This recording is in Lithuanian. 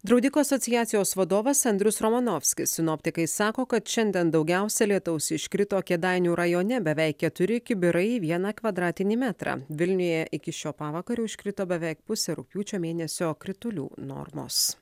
draudikų asociacijos vadovas andrius romanovskis sinoptikai sako kad šiandien daugiausiai lietaus iškrito kėdainių rajone beveik keturi kibirai į vieną kvadratinį metrą vilniuje iki šio pavakario iškrito beveik pusė rugpjūčio mėnesio kritulių normos